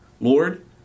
Lord